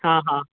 हा हा